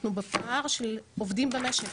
אנחנו בפער של עובדים במשק,